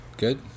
Good